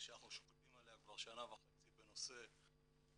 שאנחנו שוקדים עליה כבר שנה וחצי בנושא איך